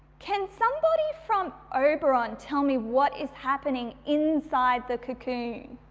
can somebody from oberon tell me what is happening inside the cocoon?